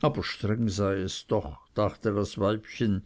aber strenge sei es doch dachte das weibchen